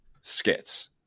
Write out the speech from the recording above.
skits